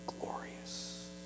glorious